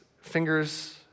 fingers